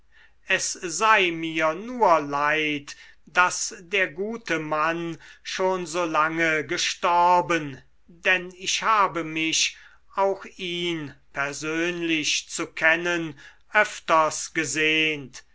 es sei mir nur leid daß der gute mann schon so lange gestorben denn ich habe mich auch ihn persönlich zu kennen öfters gesehnt